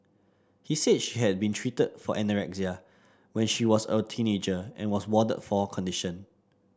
he said she had been treated for anorexia when she was a teenager and was warded for her condition